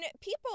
people